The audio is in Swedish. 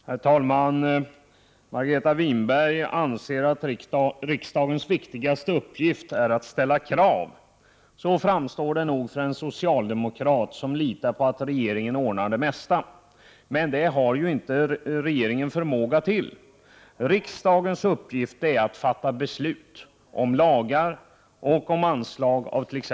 Herr talman! Margareta Winberg anser att riksdagens viktigaste uppgift är att ställa krav. Ja, det kan väl en socialdemokrat säga som litar på att regeringen ordnar det mesta. Men den förmågan saknar faktiskt regeringen. Riksdagens uppgift är att fatta beslut om lagar och anslag.